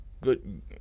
Good